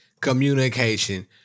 Communication